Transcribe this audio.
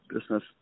business